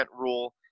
rule